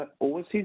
Overseas